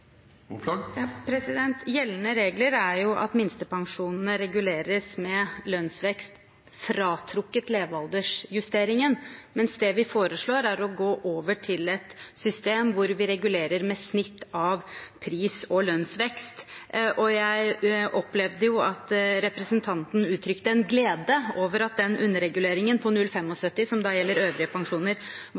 Gjeldende regler er jo at minstepensjonene reguleres med lønnsvekst fratrukket levealdersjusteringen, mens det vi foreslår, er å gå over til et system hvor vi regulerer med snitt av pris- og lønnsvekst. Jeg opplevde jo at representanten uttrykte en glede over at den underreguleringen på 0,75 pst., som da gjelder øvrige pensjoner, var